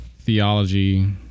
theology